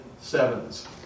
sevens